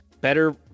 better